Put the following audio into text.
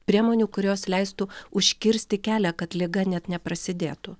priemonių kurios leistų užkirsti kelią kad liga net neprasidėtų